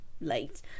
Late